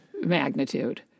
magnitude